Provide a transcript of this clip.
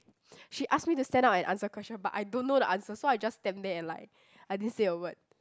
she asked me to stand up and answer question but I don't know the answer so I just stand there and like I didn't say a word